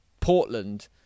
Portland